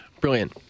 Brilliant